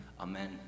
Amen